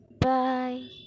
bye